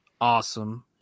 Awesome